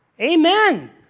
Amen